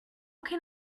can